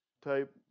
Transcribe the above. type